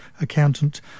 accountant